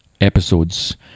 episodes